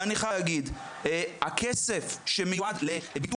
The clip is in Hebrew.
אני חייב להגיד שהכסף שמיועד לביטול